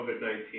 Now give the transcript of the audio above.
COVID-19